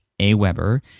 AWeber